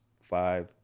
five